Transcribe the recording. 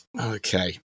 Okay